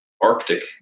Arctic